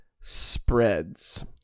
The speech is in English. spreads